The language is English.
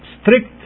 strict